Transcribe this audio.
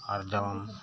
ᱟᱨᱡᱟᱣᱟᱢ